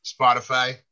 spotify